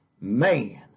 Man